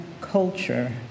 culture